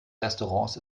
restaurants